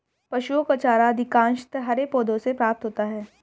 पशुओं का चारा अधिकांशतः हरे पौधों से प्राप्त होता है